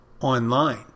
online